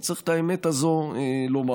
וצריך את האמת הזאת לומר.